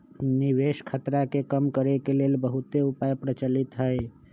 निवेश खतरा के कम करेके के लेल बहुते उपाय प्रचलित हइ